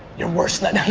you're worse